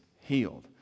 healed